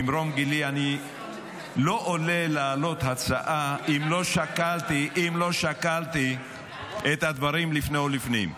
ממרום גילי אני לא עולה להעלות הצעה אם לא שקלתי את הדברים לפני ולפנים.